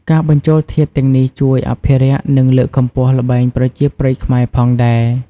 ការបញ្ចូលធាតុទាំងនេះជួយអភិរក្ស និងលើកកម្ពស់ល្បែងប្រជាប្រិយខ្មែរផងដែរ។